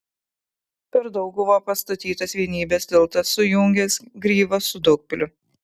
per dauguvą pastatytas vienybės tiltas sujungęs gryvą su daugpiliu